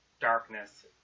darkness